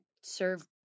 serve